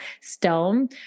stone